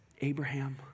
Abraham